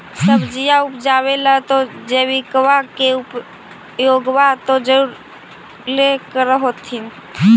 सब्जिया उपजाबे ला तो जैबिकबा के उपयोग्बा तो जरुरे कर होथिं?